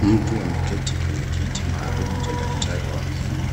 Mtu ameketi kwenye kiti maalum cha daktari wa meno.